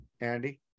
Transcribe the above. Andy